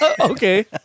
Okay